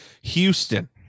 Houston